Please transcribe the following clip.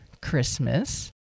Christmas